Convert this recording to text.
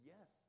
Yes